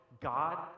god